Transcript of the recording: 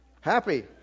happy